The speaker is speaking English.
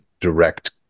direct